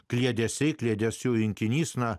kliedesiai kliedesių rinkinys na